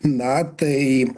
na tai